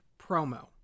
promo